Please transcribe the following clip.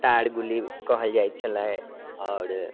tyre गुल्ली कहल जाइत छलै आओर